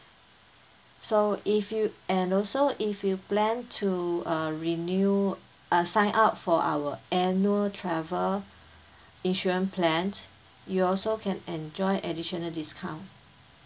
so if you and also if you plan to uh renew uh sign up for our annual travel insurance plan you also can enjoy additional discount